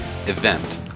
Event